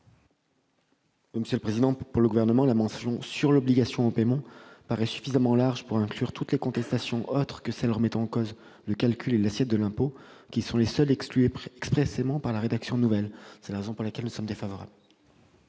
Gouvernement ? Pour le Gouvernement, la mention « sur l'obligation au paiement » est suffisamment large pour inclure toutes les contestations autres que celles qui remettent en cause le calcul et l'assiette de l'impôt, qui sont les seules exclues expressément par la rédaction. C'est la raison pour laquelle le Gouvernement est défavorable